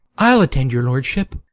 i'll attend your lordship.